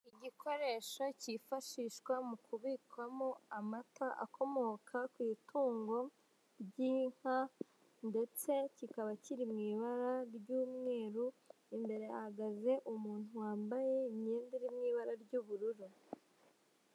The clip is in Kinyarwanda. Igikoresho kifashishwa mu kubikwamo amata akomoka ku itungo ry'inka, ndetse kikaba kiri mu ibara ry'umweru, imbere hahagaze umuntu wambaye imyenda iri mu ibara ry'ubururu.